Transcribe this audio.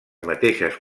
mateixes